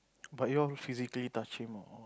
but you all physically touching more